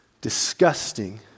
disgusting